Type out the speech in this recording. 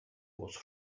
was